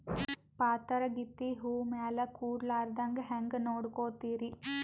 ಪಾತರಗಿತ್ತಿ ಹೂ ಮ್ಯಾಲ ಕೂಡಲಾರ್ದಂಗ ಹೇಂಗ ನೋಡಕೋತಿರಿ?